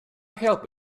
help